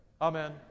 Amen